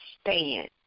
stand